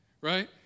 Right